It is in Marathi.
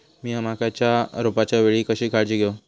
मीया मक्याच्या रोपाच्या वेळी कशी काळजी घेव?